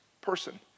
person